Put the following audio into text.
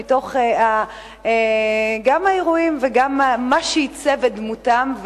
גם מתוך האירועים וגם מה שעיצב את דמותם,